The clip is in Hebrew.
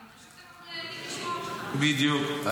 --- בדיוק.